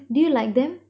do you like them